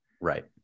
right